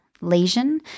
lesion